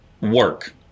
work